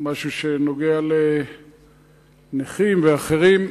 משהו שנוגע לנכים ואחרים.